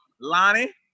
Lonnie